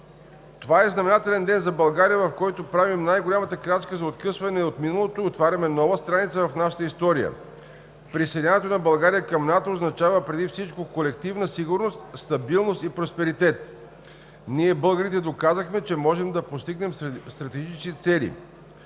„Това е знаменателен ден за България, в който правим най-голямата крачка за откъсване от миналото и отваряме нова страница в нашата история. Присъединяването на България към НАТО означава преди всичко колективна сигурност, стабилност и просперитет.“ „Ние, българите, доказахме, че можем да постигнем стратегически цели.“